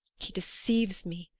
he deceived me,